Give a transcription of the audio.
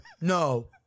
no